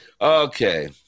Okay